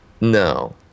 No